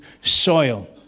soil